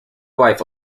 wife